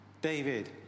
David